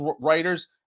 writers